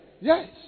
Yes